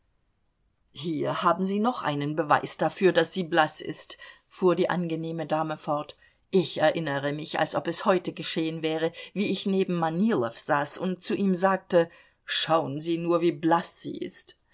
hier haben sie noch einen beweis dafür daß sie blaß ist fuhr die angenehme dame fort ich erinnere mich als ob es heute geschehen wäre wie ich neben manilow saß und zu ihm sagte schauen sie nur wie blaß sie ist